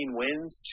wins